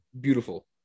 beautiful